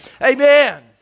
Amen